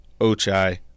Ochai